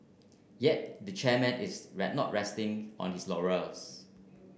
yet the chairman is right not resting on his laurels